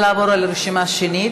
נא לעבור על הרשימה שנית,